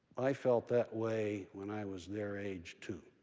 i felt that way when i was their age too.